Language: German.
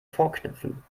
vorknöpfen